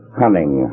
cunning